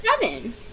seven